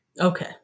Okay